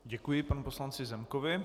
Děkuji panu poslanci Zemkovi.